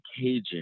cajun